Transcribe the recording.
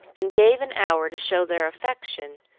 and gave an hour to show their affection,